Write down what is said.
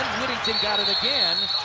whittington got it again.